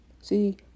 see